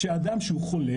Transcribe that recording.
שאדם שהוא חולה,